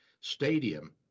Stadium